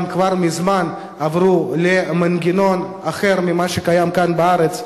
כבר מזמן עברו למנגנון אחר מזה שקיים כאן בארץ.